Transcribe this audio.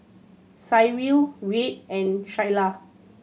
Cyril Reid and Shayla